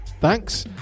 thanks